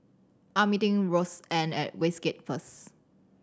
I am meeting Roseann at Westgate first